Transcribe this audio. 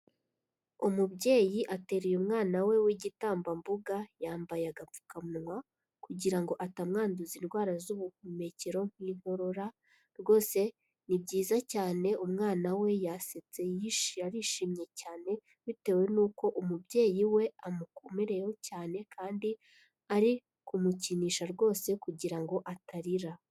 Umubyeyi ateraye umwana we w'igitambambuga, yambaye agapfukamunwa, kugira ngo atamwanduza indwara z'ubuhumekero nk'inkorora. Rwose ni byiza cyane, umwana we yasetse yishimye cyane, bitewe n'uko umubyeyi we amukomereyeho cyane, kandi ari kumukinisha rwose kugira ngo atarira.